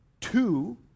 two